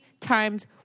times